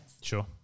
Sure